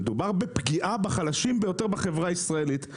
מדובר בפגיעה בחלשים ביותר בחברה הישראלית,